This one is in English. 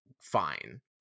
fine